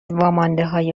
واماندههای